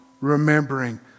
remembering